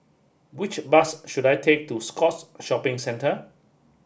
which bus should I take to Scotts Shopping Centre